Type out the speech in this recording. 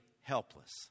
helpless